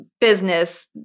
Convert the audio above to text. Business